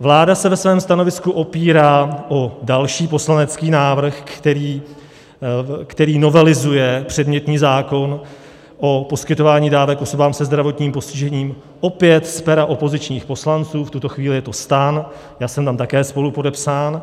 Vláda se ve svém stanovisku opírá o další poslanecký návrh, který novelizuje předmětný zákon o poskytování dávek osobám se zdravotním postižením, opět z pera opozičních poslanců, v tuto chvíli je to STAN, já jsem tam také spolupodepsán,